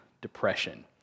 depression